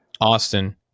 Austin